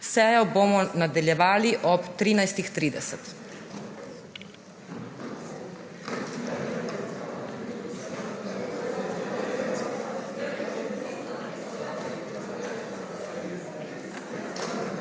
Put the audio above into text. Sejo bomo nadaljevali ob 13.30.